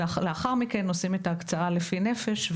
ולאחר מכן עושים את ההקצאה לפי נפש.